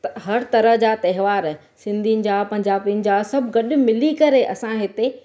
हर तरह जा त्योहार सिंधियुनि जा पंजाबीनि जा सभु गॾु मिली करे असां हिते